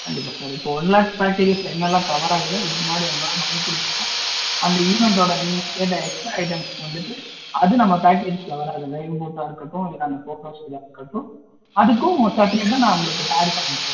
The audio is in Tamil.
கண்டிப்பாக சார் இப்போ ஒன் லேக் பேக்கேஜ்ஜஸ்ஸில் என்னெலாம் கவர் ஆகுது இதுக்கு முன்னாடி என்னெலாம் நம்ம பண்ணி கொடுத்துருக்கோம் அந்த ஈவெண்ட்டோடய நீங்கள் கேட்ட எக்ஸ்ட்ரா ஐட்டம்ஸ்க்கு வந்துட்டு அது நம்ம பேக்கேஜ்ஜஸ்லே வராதுல இன்போத்தா இருக்கட்டும் இதில் அந்த ஃபோட்டோஸ்ஸா இருக்கட்டும் அதுக்கும் செப்பரேட்டாக நான் உங்களுக்கு டாலி பண்ணி வச்சிடுறேன்